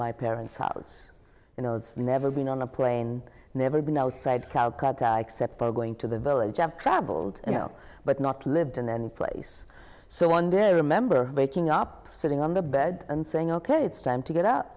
my parents house you know it's never been on a plane never been outside calcutta except for going to the village i've travelled you know but not lived in any place so one day i remember waking up sitting on the bed and saying ok it's time to get up